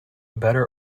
better